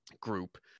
group